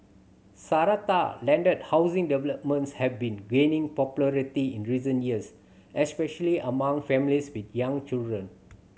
Strata landed housing developments have been gaining popularity in recent years especially among families with young children